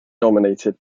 dominated